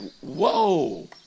whoa